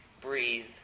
breathe